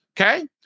Okay